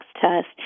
test